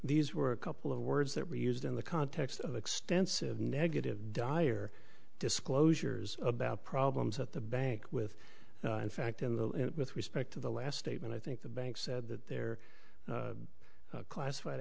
these were a couple of words that were used in the context of extensive negative dire disclosures about problems at the bank with in fact in the with respect to the last statement i think the bank said that there classified